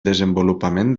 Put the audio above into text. desenvolupament